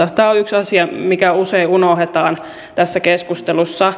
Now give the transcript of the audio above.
tämä on yksi asia mikä usein unohdetaan tässä keskustelussa